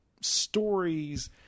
stories